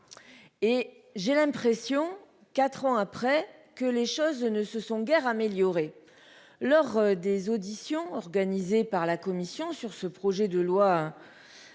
... J'ai l'impression, quatre ans après, que les choses ne se sont guère améliorées. Lors des auditions organisées par la commission des